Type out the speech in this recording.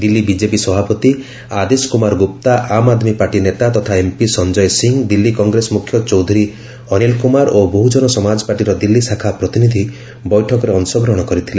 Delhi BJP ସଭାପତି Adesh Kumar Gupta Aam Aadmi party ନେତା ତଥା ଏମ୍ପି ସଞ୍ଜୟ ସିଂହ ଦିଲ୍ଲୀ କଂଗ୍ରେସ ମୁଖ୍ୟ ଚୌଧୁରୀ ଅନୀଲ କୁମାର ଓ ବହୁଜନ ସମାଜପାର୍ଟିର ଦିଲ୍ଲୀ ଶାଖା ପ୍ରତିନିଧି ବୈଠକରେ ଅଂଶଗ୍ରହଣ କରିଥିଲେ